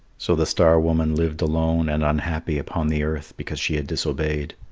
so the star-woman lived alone and unhappy upon the earth because she had disobeyed.